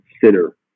consider